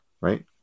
right